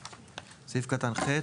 סעיף קטן (ח).